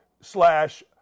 slash